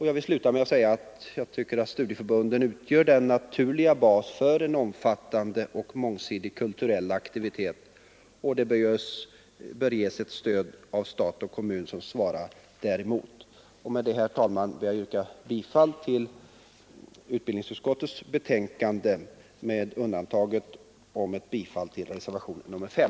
Jag vill sluta med att säga att jag tycker att studieförbunden utgör en naturlig bas för en omfattande och mångsidig kulturell aktivitet. De bör av stat och kommun ges ett stöd som svarar däremot. Med detta, herr talman, ber jag att få yrka bifall till utbildningsutskottets hemställan på alla punkter utom punkten 8 där jag yrkar bifall till reservationen 5.